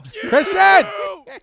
Christian